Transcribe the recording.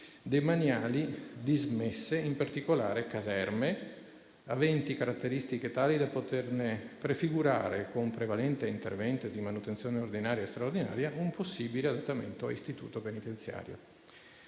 demaniali dismesse, in particolare caserme, aventi caratteristiche tali da poterne prefigurare, prevalentemente con interventi di manutenzione ordinaria e straordinaria, un possibile adattamento a istituto penitenziario.